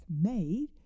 made